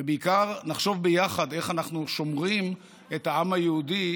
ובעיקר נחשוב ביחד איך אנחנו שומרים את העם היהודי,